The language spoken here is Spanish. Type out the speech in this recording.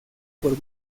por